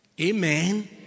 Amen